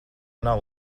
nav